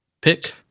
pick